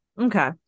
Okay